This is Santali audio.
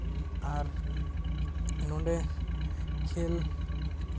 ᱟᱨ ᱱᱚᱰᱮ ᱠᱷᱮᱞ